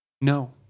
No